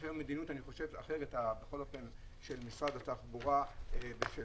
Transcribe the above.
יש היום מדיניות אחרת של משרד התחבורה ושל